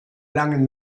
langen